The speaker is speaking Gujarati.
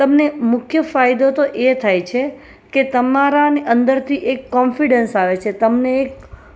તમને મુખ્ય ફાયદો તો એ થાય છે કે તમારાની અંદરથી એક કોન્ફિડન્સ આવે છે તમને એક